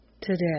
today